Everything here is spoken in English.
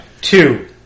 Two